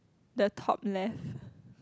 the top left